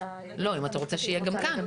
לא, אם אתה רוצה שיהיה גם כאן.